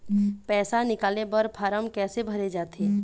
पैसा निकाले बर फार्म कैसे भरे जाथे?